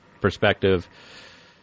perspective